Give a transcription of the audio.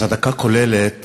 אז הדקה כוללת